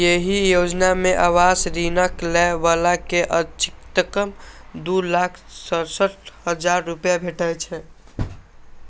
एहि योजना मे आवास ऋणक लै बला कें अछिकतम दू लाख सड़सठ हजार रुपैया भेटै छै